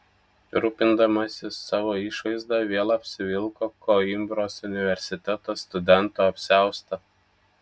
rūpindamasis savo išvaizda vėl apsivilko koimbros universiteto studento apsiaustą